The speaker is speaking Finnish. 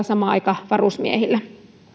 sama aika varusmiehillä kuin rauhanturvaajilla